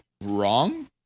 wrong